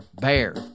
BEAR